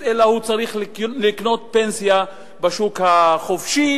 אלא הוא צריך לקנות פנסיה בשוק החופשי,